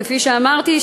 כפי שאמרתי,